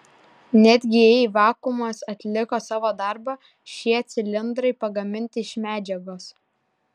netgi jei vakuumas atliko savo darbą šie cilindrai pagaminti iš medžiagos